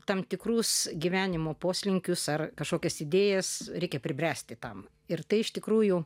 tam tikrus gyvenimo poslinkius ar kažkokias idėjas reikia pribręsti tam ir tai iš tikrųjų